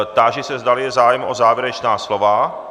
Táži se, zdali je zájem o závěrečná slova.